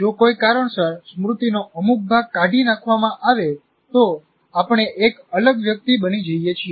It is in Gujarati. જો કોઈ કારણસર સ્મૃતિનો અમુક ભાગ કાઢી નાખવામાં આવે તો આપણે એક અલગ વ્યક્તિ બની જઈએ છીએ